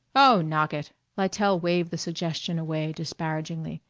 oh knock it. lytell waved the suggestion away disparagingly.